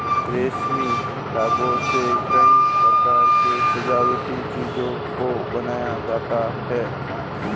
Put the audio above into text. रेशमी धागों से कई प्रकार के सजावटी चीजों को बनाया जाता है